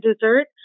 dessert